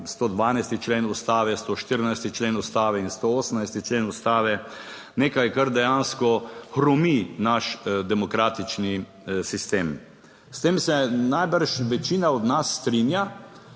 112. člen Ustave, 114. člen Ustave in 118. člen Ustave, nekaj, kar dejansko hromi naš demokratični sistem. S tem se najbrž večina od nas strinja.